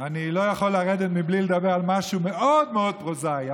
אני לא יכול לרדת בלי לדבר על משהו מאוד מאוד פרוזאי,